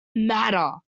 matter